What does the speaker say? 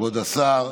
כבוד השר,